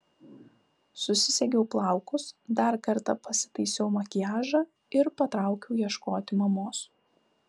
susisegiau plaukus dar kartą pasitaisiau makiažą ir patraukiau ieškoti mamos